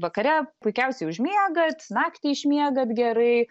vakare puikiausiai užmiegat naktį išmiegat gerai